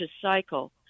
cycle